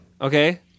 Okay